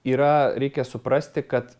yra reikia suprasti kad